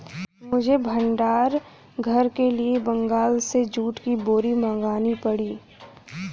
मुझे भंडार घर के लिए बंगाल से जूट की बोरी मंगानी पड़ी